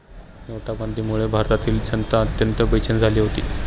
नोटाबंदीमुळे भारतातील जनता अत्यंत बेचैन झाली होती